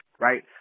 right